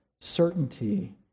Certainty